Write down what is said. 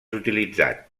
utilitzat